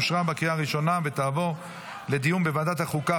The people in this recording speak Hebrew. לוועדת החוקה,